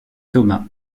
thomas